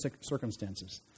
circumstances